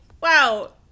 wow